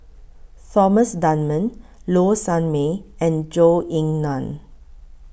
Thomas Dunman Low Sanmay and Zhou Ying NAN